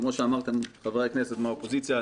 כמו שאמרת חבר הכנסת מהאופוזיציה,